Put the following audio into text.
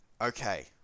okay